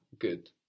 good